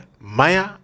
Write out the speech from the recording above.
Maya